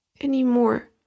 anymore